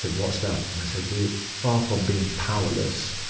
said what's that? and i said we're far from being powerless,